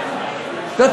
לא.